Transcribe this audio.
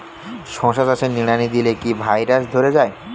শশা চাষে নিড়ানি দিলে কি ভাইরাস ধরে যায়?